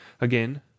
Again